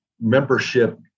membership